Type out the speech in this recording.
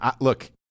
look